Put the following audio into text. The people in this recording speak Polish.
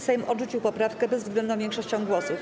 Sejm odrzucił poprawkę bezwzględną większością głosów.